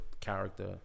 character